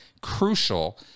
crucial